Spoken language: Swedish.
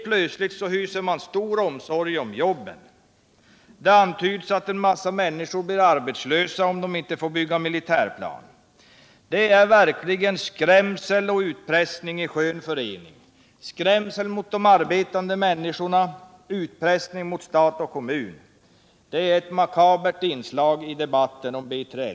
Plötsligt hyser man stor omsorg för jobben. Det antyds att en mängd människor blir arbetslösa om man inte får bygga militärflygplan. Det är skrämsel och utpressning i skön förening, skrämsel mot de arbetande människorna och utpressning mot stat och kommun. Det är ett makabert inslag i debatten om B3LA.